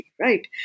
right